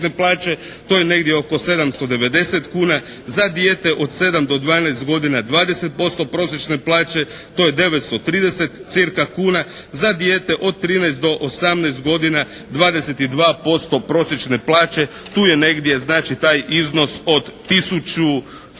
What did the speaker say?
To je negdje oko 790 kuna. Za dijete od 7 do 12 godina 20% prosječne plaće. To je 930 cca. kuna. Za dijete od 13 do 18 godina 22% prosječne plaće. Tu je negdje znači taj iznos od tisuću